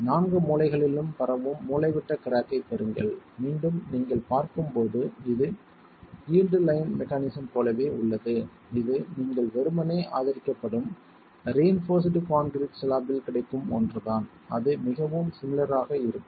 நான்கு மூலைகளிலும் பரவும் மூலைவிட்ட கிராக் ஐப் பெறுங்கள் மீண்டும் நீங்கள் பார்க்கும்போது இது யீல்டு லைன் மெக்கானிசம் போலவே உள்ளது இது நீங்கள் வெறுமனே ஆதரிக்கப்படும் ரீஇன்போர்ஸ்டு கான்கிரீட் ஸ்லாப்பில் கிடைக்கும் ஒன்றுதான் அது மிகவும் சிமிளர் ஆக இருக்கும்